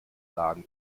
lagen